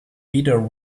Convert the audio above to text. peter